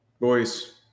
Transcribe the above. Boys